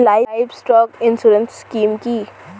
Livestock insurance scheme কি?